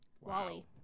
Wally